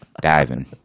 diving